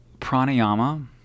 pranayama